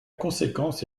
conséquence